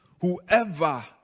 whoever